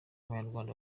abanyarwanda